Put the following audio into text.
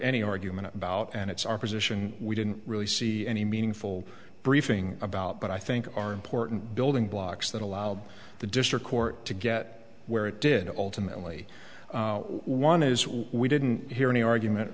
any argument about and it's our position we didn't really see any meaningful briefing about but i think our important building blocks that allowed the district court to get where it did alternately one is what we didn't hear any argument